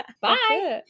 Bye